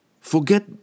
Forget